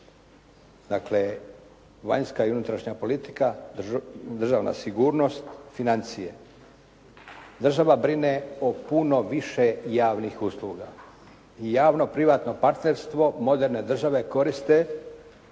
Dakle, vanjska i unutarnja politika, državna sigurnost, financije. Država brine o puno više javnih usluga. I javno-privatno partnerstvo moderne države koriste